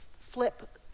flip